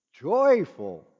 joyful